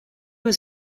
was